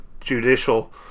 judicial